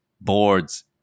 boards